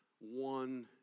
one